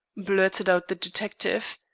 blurted out the detective.